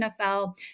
NFL